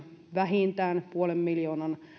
vähintään puolen miljoonan